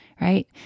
right